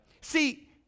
See